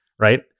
Right